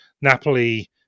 Napoli